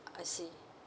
I see